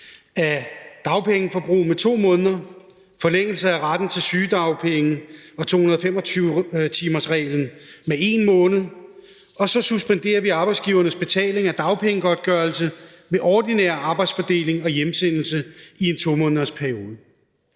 af dagpengeforbruget med 2 måneder, forlængelse af retten til sygedagpenge og 225-timersreglen med 1 måned, og så suspenderer vi arbejdsgivernes betaling af dagpengegodtgørelse ved ordinær arbejdsfordeling og hjemsendelse i en 2-månedersperiode.